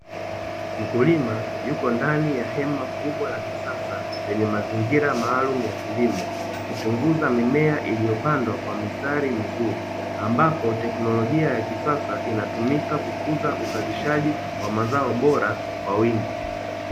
Mkulima yupo ndani ya hema kubwa la kisasa lenye mazingira maalumu ya kilimo, akuchunguza mimea iliyo pandwa kwa mistari mizuri. Ambapo teknolojia ya kisasa inatumika kukuza uzalishaji wa mazao bora kwa wingi.